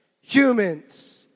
humans